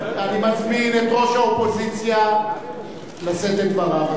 אני מזמין את ראש האופוזיציה לשאת את דברה.